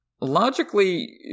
logically